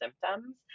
symptoms